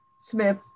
smith